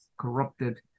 corrupted